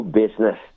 business